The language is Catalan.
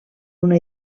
una